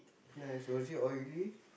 nice was it oily